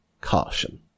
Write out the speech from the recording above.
caution